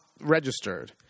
registered